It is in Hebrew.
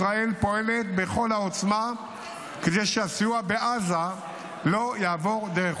ישראל פועלת בכל העוצמה כדי שהסיוע בעזה לא יעבור דרך